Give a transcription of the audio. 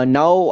now